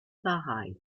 bahreïn